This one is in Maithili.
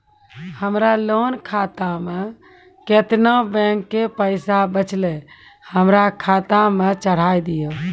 हमरा लोन खाता मे केतना बैंक के पैसा बचलै हमरा खाता मे चढ़ाय दिहो?